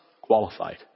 qualified